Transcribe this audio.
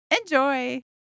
Enjoy